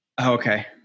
okay